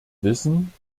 wissen